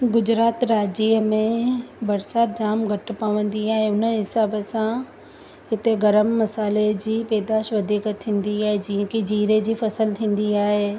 गुजरात राज्य में बरसाति जाम घटि पवंदी आहे उन हिसाब सां हिते गरम मसाले जी पैदाश वधीक थींदी आहे जीअं की जीरे जी फसल थींदी आहे